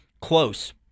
Close